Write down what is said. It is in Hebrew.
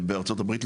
בארצות הברית,